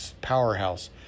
powerhouse